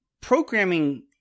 programming